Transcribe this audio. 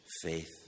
faith